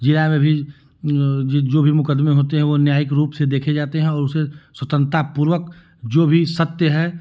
जिला में भी जो भी मुकदमें होते हैं वो न्यायिक रूप से देखे जाते हैं और उसे स्वतंतापूर्वक जो भी सत्य है